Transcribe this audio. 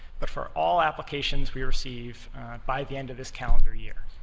but for all applications we received by the end of this calendar year.